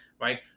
right